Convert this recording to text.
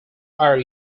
are